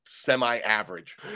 semi-average